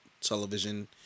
television